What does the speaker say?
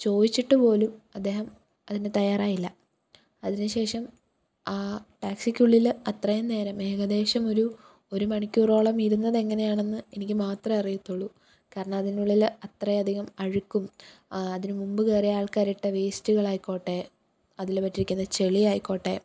ചോദിച്ചിട്ടുപോലും അദ്ദേഹം അതിന് തയ്യാറായില്ല അതിന് ശേഷം ആ ടാക്സിക്കുള്ളില് അത്രയും നേരം ഏകദേശം ഒരു ഒരു മണിക്കൂറോളം ഇരുന്നതെങ്ങനെയാണെന്ന് എനിക്ക് മാത്രമേ അറിയത്തുള്ളു കാരണം അതിനുള്ളില് അത്രയധികം അഴുക്കും അതിന് മുമ്പ് കേറിയ ആൾക്കാരിട്ട വേസ്റ്റുകളായിക്കോട്ടെ അതില് പറ്റിയിരിക്കുന്ന ചെളി ആയിക്കോട്ടെ